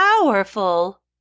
powerful